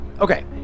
Okay